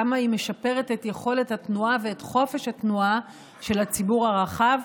כמה היא משפרת את יכולת התנועה ואת חופש התנועה של הציבור הרחב,